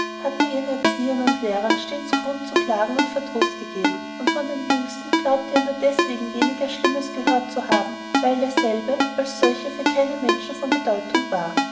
hatten ihren erziehern und lehrern stets grund zu klagen und verdruß gegeben und von dem jüngsten glaubte er nur deswegen weniger schlimmes gehört zu haben weil derselbe als solcher für keinen menschen von bedeutung war